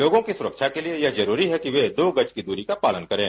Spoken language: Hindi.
लोगों की सुरक्षा के लिए यह जरूरी है कि वे दो गज की दूरी का पालन करें